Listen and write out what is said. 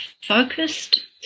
focused